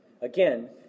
Again